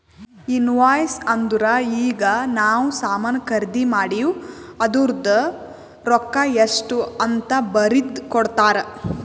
invoice ಅಂದುರ್ ಈಗ ನಾವ್ ಸಾಮಾನ್ ಖರ್ದಿ ಮಾಡಿವ್ ಅದೂರ್ದು ರೊಕ್ಕಾ ಎಷ್ಟ ಅಂತ್ ಬರ್ದಿ ಕೊಡ್ತಾರ್